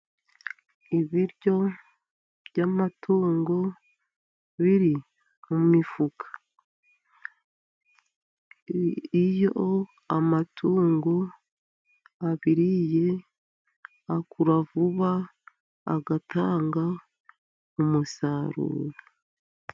Ibiryo by'amatungo biri mu mifuka. Iyo amatungo abiriye akura vuba agatanga umusaruro.